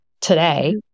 today